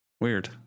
Weird